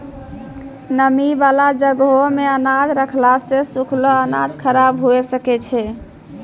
नमी बाला जगहो मे अनाज रखला से सुखलो अनाज खराब हुए सकै छै